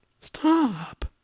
Stop